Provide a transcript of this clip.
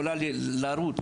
יכולה לרוץ,